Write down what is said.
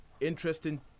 interesting